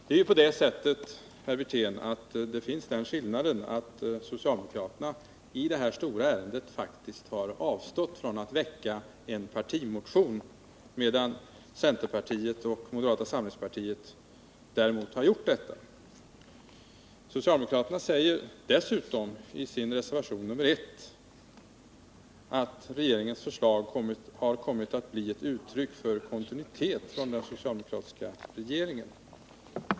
Det är ju på det sättet, herr Wirtén, att socialdemokraterna i det här stora ärendet faktiskt har avstått från att väcka en partimotion, medan centerpartiet och moderata samlingspartiet däremot har gjort detta. Socialdemokraterna säger dessutom i sin reservation nr 1 att regeringens förslag har ”kommit att bli ett uttryck för kontinuitet från den socialdemokratiska regeringen”.